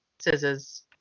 scissors